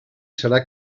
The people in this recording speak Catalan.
serà